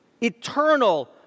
eternal